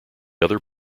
other